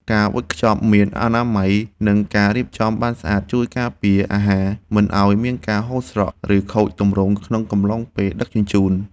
ការវេចខ្ចប់មានអនាម័យ និងការរៀបចំបានស្អាតជួយការពារអាហារមិនឱ្យមានការហូរស្រក់ ឬខូចទម្រង់ក្នុងកំឡុងពេលដឹកជញ្ជូន។